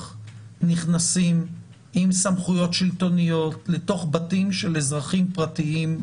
נכנסים עם סמכויות שלטוניות לתוך בתים של אזרחים פרטיים,